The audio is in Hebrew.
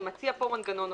ומציע פה מנגנון נוסף.